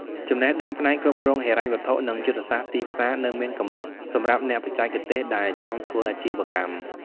ចំណេះដឹងផ្នែកគ្រប់គ្រងហិរញ្ញវត្ថុ និងយុទ្ធសាស្ត្រទីផ្សារនៅមានកម្រិតសម្រាប់អ្នកបច្ចេកទេសដែលចង់ធ្វើអាជីវកម្ម។